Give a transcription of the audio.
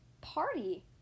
Party